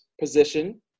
position